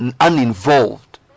uninvolved